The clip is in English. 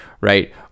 right